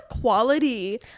quality